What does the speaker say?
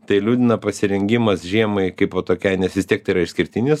tai liūdina pasirengimas žiemai kaipo tokiai nes vis tiek tai yra išskirtinis